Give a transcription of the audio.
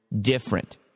different